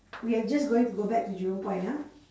we are just going to go back to jurong point ah